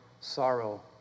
sorrow